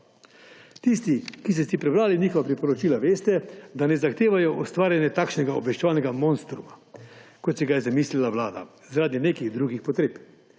Tisti, ki ste si prebrali njihova priporočila, veste, da ne zahtevajo ustvarjanja takšnega obveščevalnega monstruma, kot si ga je zamislila vlada zaradi nekih drugih potreb.